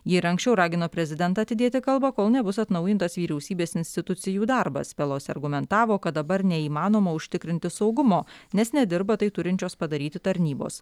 ji ir anksčiau ragino prezidentą atidėti kalbą kol nebus atnaujintas vyriausybės institucijų darbas pelosi argumentavo kad dabar neįmanoma užtikrinti saugumo nes nedirba tai turinčios padaryti tarnybos